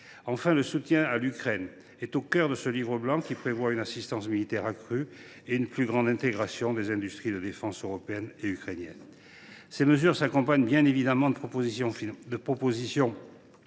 Enfin, le soutien à l’Ukraine est au cœur de ce livre blanc, qui prévoit une assistance militaire accrue et une plus grande intégration des industries de défense européenne et ukrainienne. Ces mesures s’accompagnent bien évidemment de propositions financières